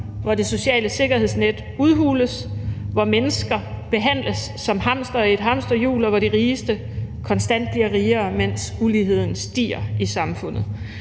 hvor det sociale sikkerhedsnet udhules, hvor mennesker behandles som hamstere i et hamsterhjul, og hvor de rigeste konstant bliver rigere, mens uligheden stiger i samfundet.